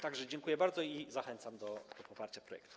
Tak że dziękuję bardzo i zachęcam do poparcia projektu.